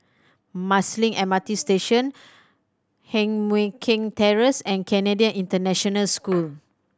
Marsiling M R T Station Heng Mui Keng Terrace and Canadian International School